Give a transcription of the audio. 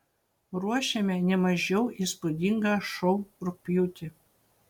ruošiame ne mažiau įspūdingą šou rugpjūtį